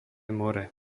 more